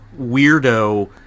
weirdo